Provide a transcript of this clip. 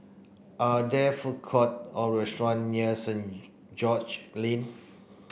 are there food court or restaurant near Saint George Lane